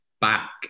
back